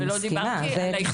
ולא דיברתי על ההתמחות.